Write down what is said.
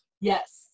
Yes